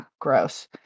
Gross